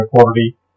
quality